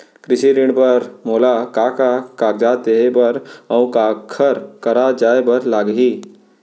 कृषि ऋण बर मोला का का कागजात देहे बर, अऊ काखर करा जाए बर लागही?